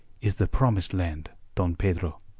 is the promised land, don pedro.